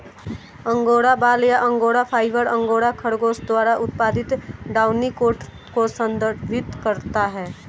angora बाल या angora fibre, angora खरगोश द्वारा उत्पादित डाउनी कोट को संदर्भित करता है